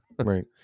Right